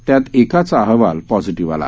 त्यात एकाचा अहवाल पॉझिटिव्ह आला